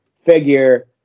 Figure